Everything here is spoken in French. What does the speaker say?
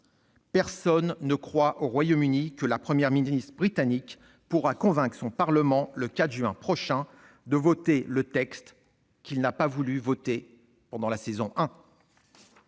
Personne ne croit, au Royaume-Uni, que la Première ministre britannique pourra convaincre son Parlement, le 4 juin prochain, de voter le texte qu'il n'a pas voulu adopter lors de la saison 1.